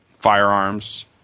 firearms